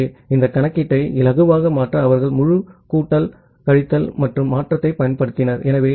ஆகவே இந்த கணக்கீட்டை இலகுவாக மாற்ற அவர்கள் முழு கூட்டல் கழித்தல் மற்றும் மாற்றத்தைப் பயன்படுத்தினர்